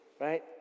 right